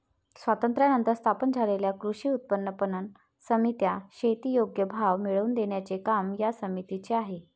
स्वातंत्र्यानंतर स्थापन झालेल्या कृषी उत्पन्न पणन समित्या, शेती योग्य भाव मिळवून देण्याचे काम या समितीचे आहे